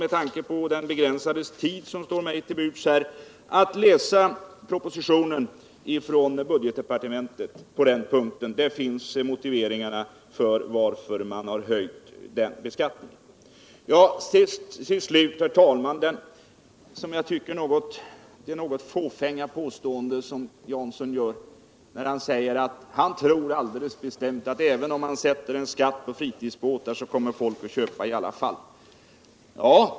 Med tanke på den begränsade tid som här står mig ull buds rekommenderar jag honom att på den punkten läsa propositionen från budgetdepartementet. Där finns motiveringarna tll att man har höjt den beskattningen. Slutligen. herr talman. gör Paul Jansson ett något fåfängt påstående. Han tror alldeles bestämt att folk kommer ati köpa i alla fall, även om man beskattar fritidsbåtarna. Ja.